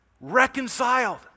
reconciled